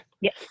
yes